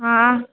हाँ